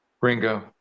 Ringo